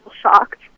shocked